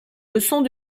leçons